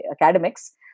academics